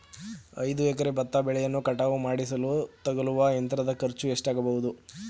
ಐದು ಎಕರೆ ಭತ್ತ ಬೆಳೆಯನ್ನು ಕಟಾವು ಮಾಡಿಸಲು ತಗಲುವ ಯಂತ್ರದ ಖರ್ಚು ಎಷ್ಟಾಗಬಹುದು?